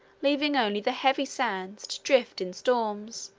leaving only the heavy sands, to drift in storms,